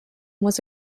was